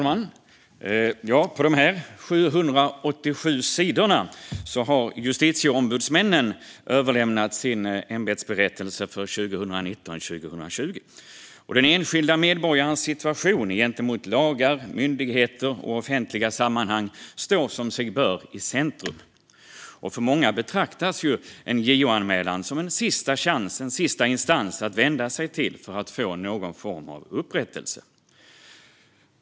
Fru talman! På 787 sidor har justitieombudsmännen lämnat sin ämbetsberättelse för 2019/20. Den enskilda medborgarens situation gentemot lagar, myndigheter och offentliga sammanhang står som sig bör i centrum. Många betraktar ju JO som en sista chans, en sista instans att vända sig till för att få någon form av upprättelse.